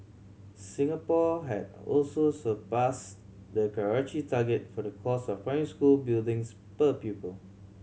Singapore had also surpassed the Karachi target for the cost of primary school buildings per pupil